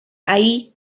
ahí